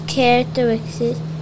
Characteristics